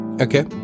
Okay